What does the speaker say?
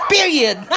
Period